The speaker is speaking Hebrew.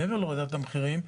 מעבר להורדת המחירים,